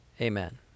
amen